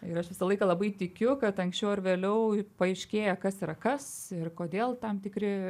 ir aš visą laiką labai tikiu kad anksčiau ar vėliau paaiškėja kas yra kas ir kodėl tam tikri